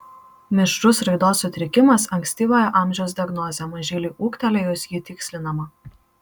mišrus raidos sutrikimas ankstyvojo amžiaus diagnozė mažyliui ūgtelėjus ji tikslinama